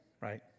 right